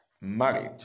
Marriage